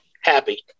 happy